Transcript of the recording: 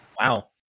Wow